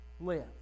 live